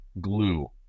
glue